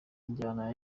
injyana